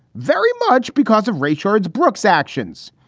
very much because of ray charles brook's actions.